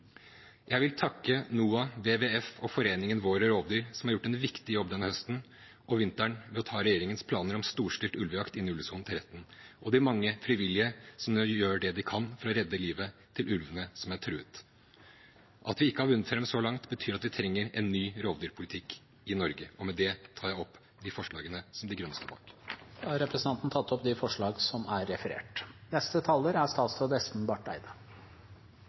Jeg vil takke NOAH, WWF og Foreningen Våre Rovdyr, som har gjort en viktig jobb denne høsten og vinteren ved å ta regjeringens planer om en storstilt ulvejakt inne i ulvesonen til retten, og de mange frivillige som nå gjør det de kan for å redde livet til ulvene som er truet. At vi ikke har vunnet fram så langt, betyr at vi trenger en ny rovdyrpolitikk i Norge. Med det tar jeg opp de forslagene som De Grønne står bak. Representanten Kristoffer Robin Haug har tatt opp de forslagene han refererte til. Jeg er